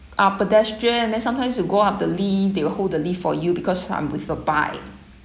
ah pedestrian and then sometimes you go up the lift they will hold the lift for you because I'm with a bike